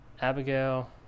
Abigail